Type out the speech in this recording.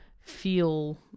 feel